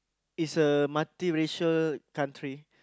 it's a multi racial country